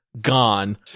gone